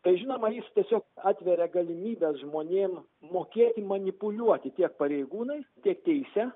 tai žinoma jis tiesiog atveria galimybes žmonėm mokėti manipuliuoti tiek pareigūnais tiek teise